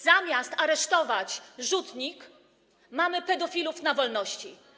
Zamiast aresztować rzutnik, mamy pedofilów na wolności.